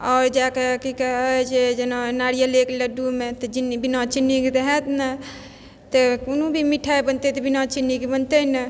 आओर जा कऽ कि कहै छै जेना नारियलेके लड्डूमे तऽ चिन्नी बिना चिन्नीके तऽ हैत नहि तऽ कोनो भी मिठाइ बनतै तऽ बिना चिन्नीके बनतै नहि